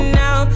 now